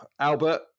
Albert